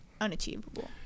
unachievable